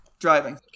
driving